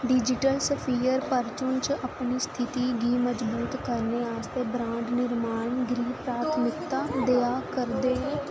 digital sphere fortune च अपनी स्थिति गी मजबूत करने आस्तै ब्रांड निर्माण देआ करदे न